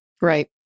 Right